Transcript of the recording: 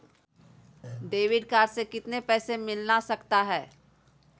Debit card से कितने पैसे मिलना सकता हैं?